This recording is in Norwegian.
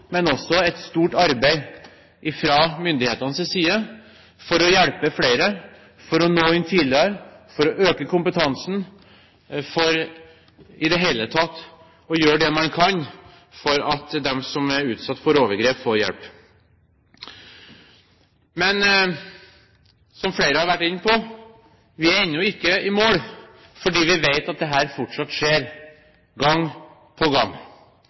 men også et stort arbeid fra myndighetenes side for å hjelpe flere, for å nå inn tidligere, for å øke kompetansen, for i det hele tatt å gjøre det man kan for at de som er utsatt for overgrep, får hjelp. Men, som flere har vært inne på, vi er ennå ikke i mål, for vi vet at dette fortsatt skjer gang på gang.